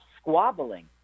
squabbling